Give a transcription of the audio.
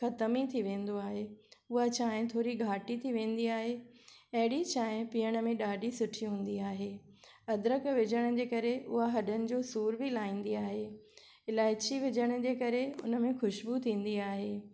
खत्मु ई थी वेंदो आहे उहा चांहि थोरी घाटी थी वेंदी आहे अहिड़ी चांहि पीअण में ॾाढी सुठी हूंदी आहे अदरक विझण जे करे उहा हॾनि जो सुर बि लाहींदी आहे ईलाइची विझण जे करे हुन में ख़ुश्बू थींदी आहे